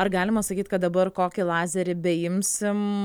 ar galima sakyt kad dabar kokį lazerį beimsim